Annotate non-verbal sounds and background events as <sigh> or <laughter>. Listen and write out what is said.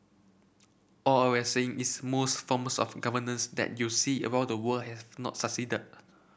all I we saying is most forms of governance that you see <unintelligible> the world have not <unintelligible>